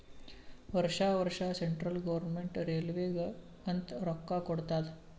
ವರ್ಷಾ ವರ್ಷಾ central government ರೈಲ್ವೇಗ ಅಂತ್ ರೊಕ್ಕಾ ಕೊಡ್ತಾದ್